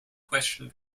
question